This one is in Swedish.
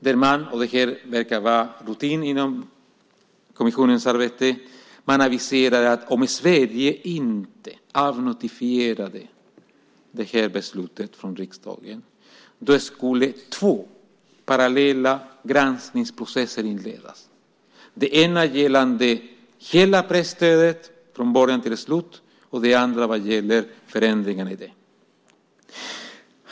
Det verkar vara rutin inom kommissionens arbete. Där aviserade man att om Sverige inte avnotifierade beslutet från riksdagen skulle två parallella granskningsprocesser inledas. Den ena gällde hela presstödet från början till slut, och den andra gällde förändringarna i det.